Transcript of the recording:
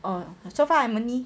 oh so far I am only